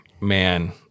man